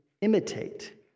imitate